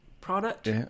product